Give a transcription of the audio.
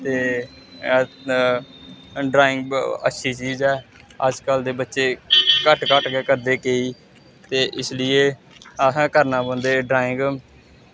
ते ड्राईंग अच्छी चीज ऐ अजकल्ल दे बच्चे घट्ट घट्ट गै करदे केईं ते इस लिए असें करने पौंदे ड्राईंग